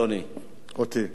אוקיי, תודה.